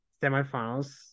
Semifinals